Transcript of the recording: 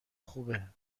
خوبه